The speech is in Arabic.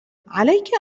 عليك